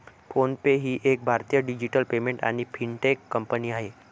phone पे ही एक भारतीय डिजिटल पेमेंट आणि फिनटेक कंपनी आहे